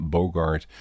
Bogart